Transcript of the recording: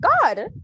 God